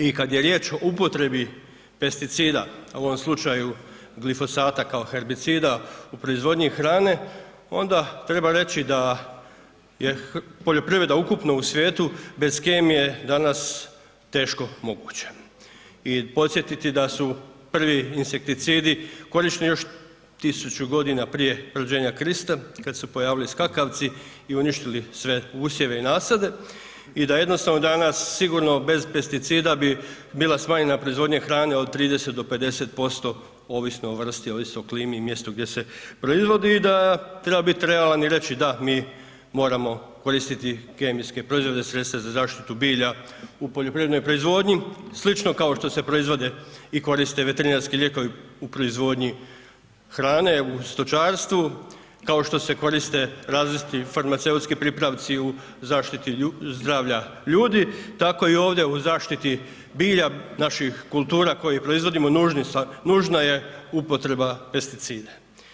I kad je riječ o upotrebi pesticida, u ovom slučaju glifosata kao herbicida u proizvodnji hrane, onda treba reći da je poljoprivreda ukupno u svijetu bez kemije danas teško moguća, i podsjetiti da su prvi insekticidi korišteni još 1000 godina prije rođenja Krista, kad se pojavili skakavci i uništili sve usjeve i nasade, i da jednostavno danas sigurno bez pesticida bi bila smanjena proizvodnja hrane od 30 do 50% ovisno o vrsti, ovisi o klimi i mjestu gdje se proizvodi, i da treba biti realan i reći da, mi moramo koristiti kemijske proizvode, sredstva za zaštitu bilja u poljoprivrednoj proizvodnji, slično kao što se proizvode i koriste veterinarski lijekovi u proizvodnji hrane u stočarstvu, kao što se koriste različiti farmaceutski pripravci u zaštiti zdravlja ljudi, tako i ovdje u zaštiti bilja, naših kultura koje proizvodimo, nužna je upotreba pesticida.